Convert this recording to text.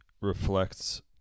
reflects